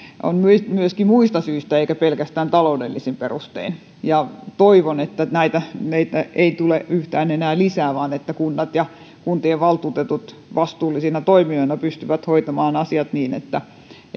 on myöskin muista syistä eikä pelkästään taloudellisin perustein toivon että niitä ei tule yhtään enää lisää vaan että kunnat ja kuntien valtuutetut vastuullisina toimijoina pystyvät hoitamaan asiat niin että